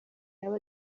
yaba